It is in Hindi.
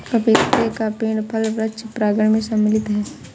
पपीते का पेड़ फल वृक्ष प्रांगण मैं सम्मिलित है